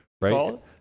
right